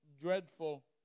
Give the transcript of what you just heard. dreadful